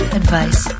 advice